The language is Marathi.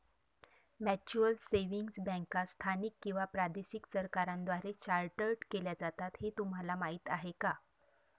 म्युच्युअल सेव्हिंग्ज बँका स्थानिक किंवा प्रादेशिक सरकारांद्वारे चार्टर्ड केल्या जातात हे तुम्हाला माहीत का?